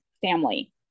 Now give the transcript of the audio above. family